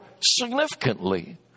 significantly